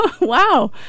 Wow